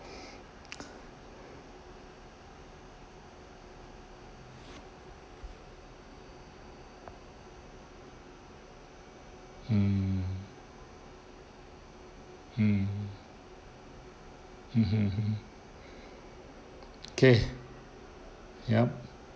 mm mm mmhmm okay yup